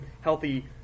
healthy